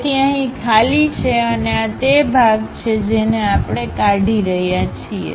તેથી અહીં ખાલી છે અને આ તે ભાગ છે જેને આપણે કાઢી રહ્યા છીએ